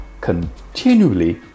continually